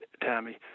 Tammy